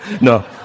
No